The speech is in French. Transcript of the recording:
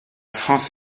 france